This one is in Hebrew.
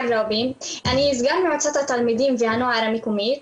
אני סגן מועצת התלמידים והנוער המקומית